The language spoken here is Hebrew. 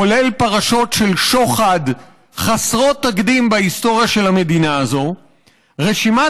כולל פרשות של שוחד חסרות תקדים בהיסטוריה של המדינה הזאת רשימת,